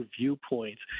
viewpoints